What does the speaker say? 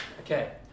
Okay